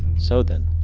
so then,